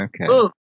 Okay